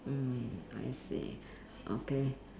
mm I see okay